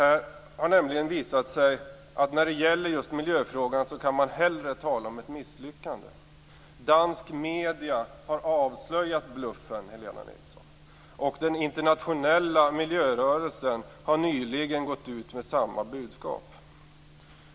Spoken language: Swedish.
Det har nämligen visat sig att när det gäller just miljöfrågan kan man hellre tala om ett misslyckande. Danska medier har avslöjat bluffen, Helena Nilsson. Den internationella miljörörelsen har nyligen gått ut med samma budskap.